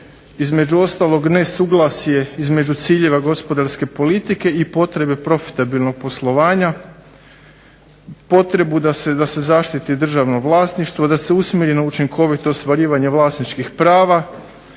između ostalo nesuglasje između ciljeva gospodarske politike i potrebe profitabilnog poslovanja, potrebu da se zaštiti državno vlasništvo, da se usmjeri na učinkovito ostvarivanje vlasničkih prava.